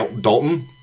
Dalton